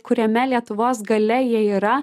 kuriame lietuvos gale jie yra